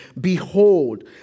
Behold